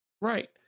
Right